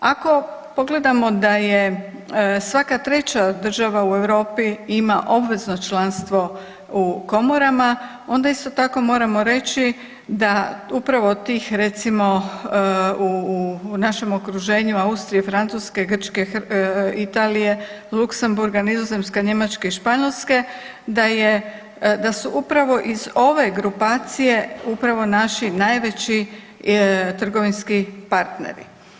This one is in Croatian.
Ako pogledamo da je svaka treća država u Europi ima obvezno članstvo u komorama, onda isto tako moramo reći da upravo tih recimo u našem okruženju Austrije, Francuske, Grčke, Italije, Luksemburga, Nizozemske, Njemačke i Španjolske da su upravo iz ove grupacije upravo naši najveći trgovinski partneri.